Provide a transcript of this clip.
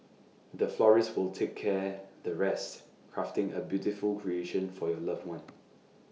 the florist will take care the rest crafting A beautiful creation for your loved one